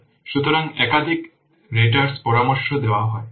সুতরাং একাধিক রেটার্স পরামর্শ দেওয়া হয়